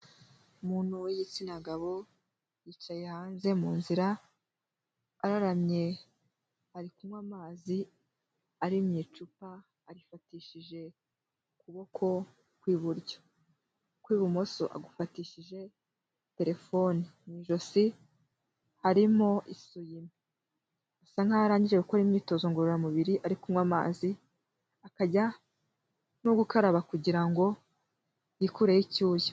Umuntu w'igitsina gabo, yicaye hanze mu nzira, araramye, ari kunywa amazi ari mu icupa, arifatishije ukuboko kw'iburyo, ukw'ibumoso agufatishije telefoni, mu ijosi harimo eswime, asa naho arangije gukora imyitozo ngororamubiri ari kunywa amazi, akajya no gukaraba kugira ngo yikureho icyuya.